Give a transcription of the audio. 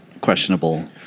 questionable